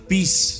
Peace